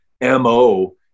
MO